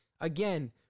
again